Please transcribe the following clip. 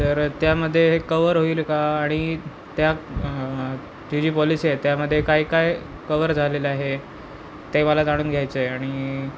तर त्यामध्ये हे कवर होईल का आणि त्या ती जी पॉलिसी आहे त्यामध्ये काय काय कवर झालेलं आहे ते मला जाणून घ्यायचं आहे आणि